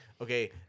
Okay